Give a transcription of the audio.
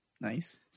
Nice